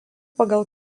pagal